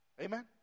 Amen